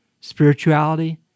spirituality